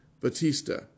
Batista